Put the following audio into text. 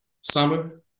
Summer